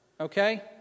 okay